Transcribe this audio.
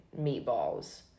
meatballs